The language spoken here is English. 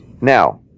Now